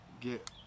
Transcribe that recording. get